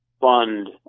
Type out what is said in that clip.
fund